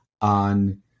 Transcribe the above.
on